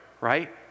right